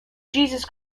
jesus